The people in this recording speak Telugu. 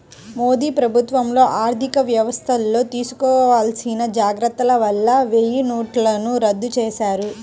మోదీ ప్రభుత్వంలో ఆర్ధికవ్యవస్థల్లో తీసుకోవాల్సిన జాగర్తల వల్ల వెయ్యినోట్లను రద్దు చేశారు